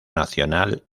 nacional